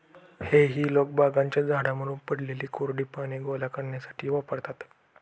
हेई लोक बागांच्या झाडांमधून पडलेली कोरडी पाने गोळा करण्यासाठी देखील वापरतात